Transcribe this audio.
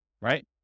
right